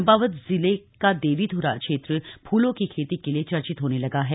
चम्पावत जिले का देवीध्रा क्षेत फूलों की खेती के लिए चर्चित होने लगा है